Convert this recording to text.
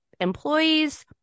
employees